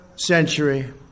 century